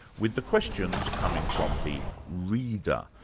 with the questions coming from the reader,